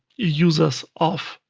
users of